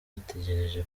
bategereje